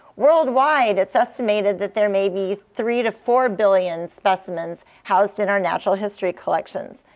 worldwide, it's estimated that there may be three to four billion specimens housed in our natural history collections.